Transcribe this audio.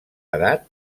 edat